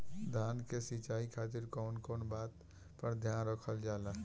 धान के सिंचाई खातिर कवन कवन बात पर ध्यान रखल जा ला?